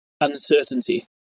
uncertainty